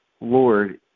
Lord